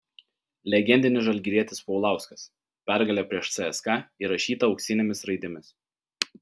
legendinis žalgirietis paulauskas pergalė prieš cska įrašyta auksinėmis raidėmis